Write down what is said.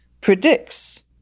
predicts